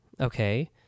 Okay